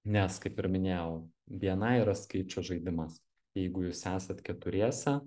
nes kaip ir minėjau bni yra skaičio žaidimas jeigu jūs esat keturiese